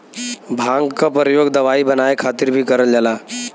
भांग क परयोग दवाई बनाये खातिर भीं करल जाला